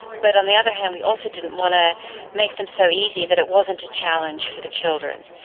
but on the other hand we also didn't want to make them so easy that it wasn't a challenge for the children.